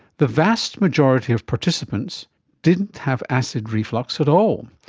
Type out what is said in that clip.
the vast majority of participants didn't have acid reflux at all,